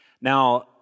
Now